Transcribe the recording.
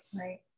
Right